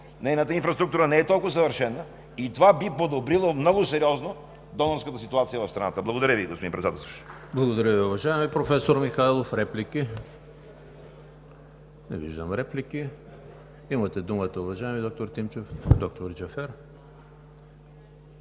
нейната инфраструктура не е толкова съвършена и това би подобрило много сериозно донорската ситуация в страната. Благодаря Ви, господни Председателстващ.